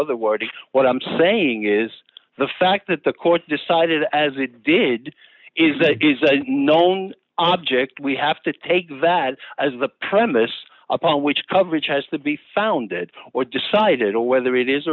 other words what i'm saying is the fact that the court decided as it did is that it is a known object we have to take that as the premise upon which coverage has to be founded or decided on whether it is